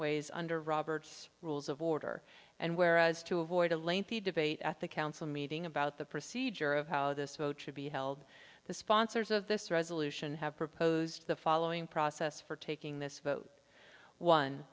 ways under robert's rules of order and where as to avoid a lengthy debate at the council meeting about the procedure of how this vote should be held the sponsors of this resolution have proposed the following process for taking this vote one